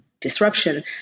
disruption